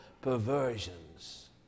perversions